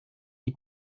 les